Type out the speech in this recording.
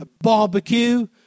barbecue